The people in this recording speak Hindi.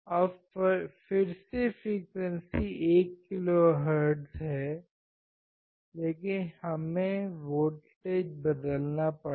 अब फिर से फ्रीक्वेंसी 1 किलोहर्ट्ज़ है लेकिन हमें वोल्टेज बदलना पड़ा